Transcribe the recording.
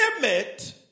limit